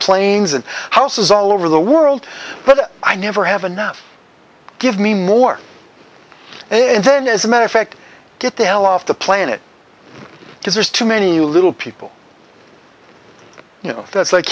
planes and houses all over the world but i never have enough give me more and then as a matter of fact get the hell off the planet because there's too many little people you know that's like